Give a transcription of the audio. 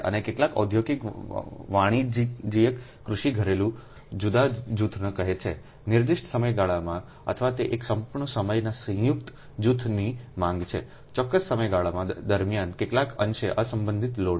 અને કેટલાક ઔદ્યોગિક વાણિજ્યિક કૃષિ ઘરેલુ જુદા જૂથને કહે છે છે નિર્દિષ્ટ સમયગાળામાં અથવા તે એક સંપૂર્ણ સમયના સંયુક્ત જૂથની માંગ છે ચોક્કસ સમયગાળા દરમિયાન કેટલાક અંશે અસંબંધિત લોડ